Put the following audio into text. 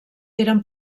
eren